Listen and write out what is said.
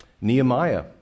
Nehemiah